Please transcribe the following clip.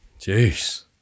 Jeez